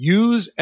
use